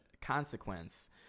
consequence